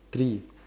three